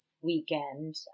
weekend